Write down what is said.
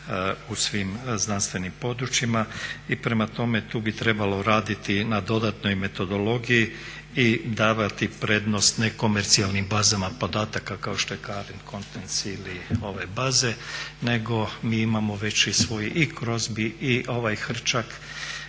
u svim znanstvenim područjima. I prema tome tu bi trebalo raditi i na dodatnoj metodologiji i davati prednost nekomercijalnim bazama podataka kao što je …/Govornik se ne razumije./… ili ove baze nego mi imamo već i svoj i …/Govornik